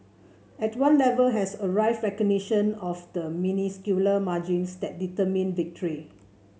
at one level has arrived recognition of the minuscule margins that determine victory